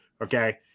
okay